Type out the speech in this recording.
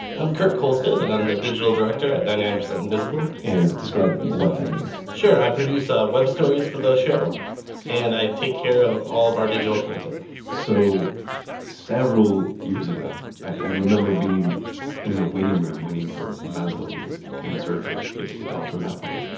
i'm kurt kohlstedt and i'm the digital director at ninety nine percent invisible and describe what that means sure. i produce ah web stories for the show and i take care of all of our digital content so several years ago, i remember being in the waiting room waiting for maslow, who was in surgery. it it all turned out fine.